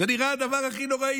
זה נראה הדבר הכי נוראי.